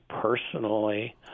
personally